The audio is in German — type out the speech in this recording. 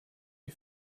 die